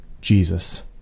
Jesus